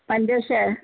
पंजे सै